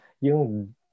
yung